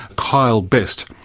kyle best,